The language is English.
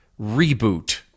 reboot